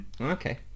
Okay